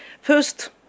First